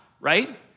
right